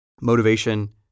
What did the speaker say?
motivation